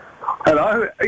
Hello